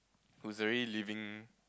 who's already living